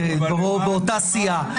ובאותה סיעה.